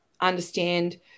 understand